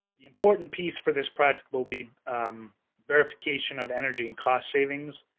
the important piece for this project will be verification of energy and cost savings.